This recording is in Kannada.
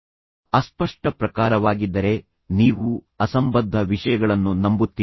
ಈಗ ಇನ್ನೊಂದು ಸಂದರ್ಭದಲ್ಲಿ ನೀವು ಅಸ್ಪಷ್ಟ ಪ್ರಕಾರವಾಗಿದ್ದರೆ ನೀವು ಅಸಂಬದ್ಧ ವಿಷಯಗಳನ್ನು ನಂಬುತ್ತೀರಿ